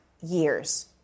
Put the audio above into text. years